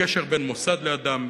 בקשר בין מוסד לאדם,